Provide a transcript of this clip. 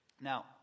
Now